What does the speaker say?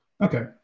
Okay